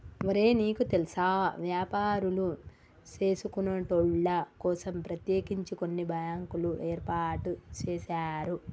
ఒరే నీకు తెల్సా వ్యాపారులు సేసుకొనేటోళ్ల కోసం ప్రత్యేకించి కొన్ని బ్యాంకులు ఏర్పాటు సేసారు